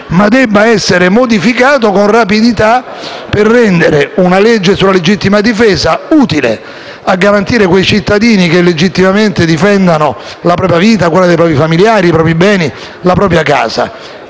ma debba essere modificato con rapidità per rendere la legge sulla legittima difesa utile a garantire quei cittadini che legittimamente difendono la propria vita, quella dei propri familiari, i propri beni o la propria casa